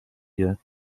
ihr